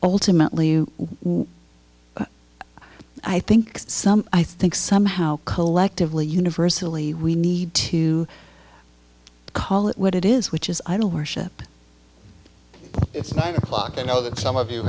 ultimately i think some i think somehow collectively universally we need to call it what it is which is idol worship it's nice to know that some of you